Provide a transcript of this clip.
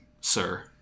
sir